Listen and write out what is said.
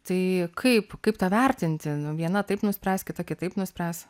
tai kaip kaip tą vertinti viena taip nuspręs kita kitaip nuspręs